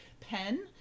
pen